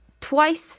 twice